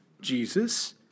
Jesus